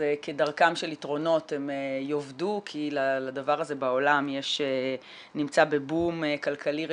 כדרכם של יתרונות הם יאבדו כי הדבר הזה בעולם נמצא בבום כלכלי רציני.